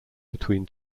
between